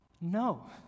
No